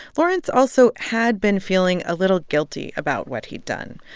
lawrence also had been feeling a little guilty about what he'd done.